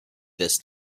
this